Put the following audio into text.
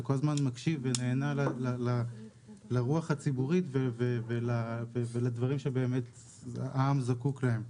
אתה כל הזמן מקשיב ונענה לרוח הציבורית ולדברים שהעם זקוק להם.